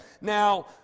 Now